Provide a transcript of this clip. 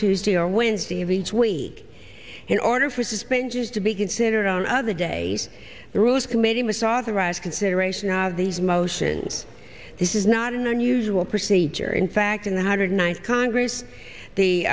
tuesday or wednesday of each week in order for suspensions to be considered on other days the rules committee must authorize consideration of these motions this is not an unusual procedure in fact in the hundred ninth congress the